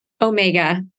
Omega